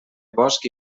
bosch